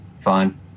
fine